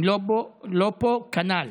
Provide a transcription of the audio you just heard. הם לא פה, כנ"ל.